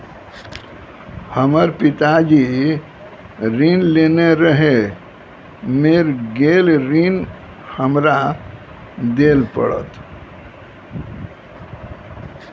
हमर पिताजी ऋण लेने रहे मेर गेल ऋण हमरा देल पड़त?